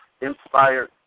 inspired